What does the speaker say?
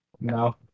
no